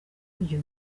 byo